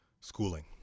schooling